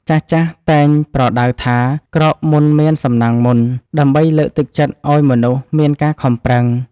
ចាស់ៗតែងប្រដៅថា "ក្រោកមុនមានសំណាងមុន" ដើម្បីលើកទឹកចិត្តឱ្យមនុស្សមានការខំប្រឹង។